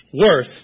worth